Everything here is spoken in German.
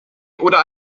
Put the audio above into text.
oder